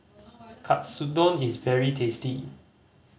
katsudon is very tasty